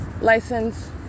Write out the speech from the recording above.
license